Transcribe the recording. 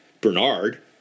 Bernard